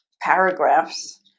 paragraphs